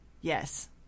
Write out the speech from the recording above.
Yes